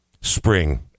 spring